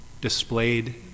displayed